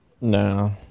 No